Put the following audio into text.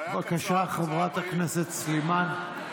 בבקשה, חברת הכנסת סלימאן.